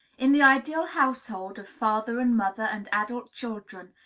in the ideal household of father and mother and adult children,